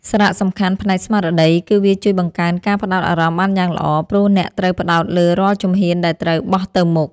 សារៈសំខាន់ផ្នែកស្មារតី គឺវាជួយបង្កើនការផ្ដោតអារម្មណ៍បានយ៉ាងល្អ ព្រោះអ្នកត្រូវផ្ដោតលើរាល់ជំហានដែលត្រូវបោះទៅមុខ។